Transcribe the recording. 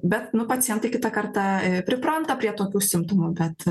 bet nu pacientai kitą kartą i pripranta prie tokių simptomų bet